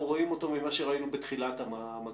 רואים אותו ממה שראינו בתחילת המגפה?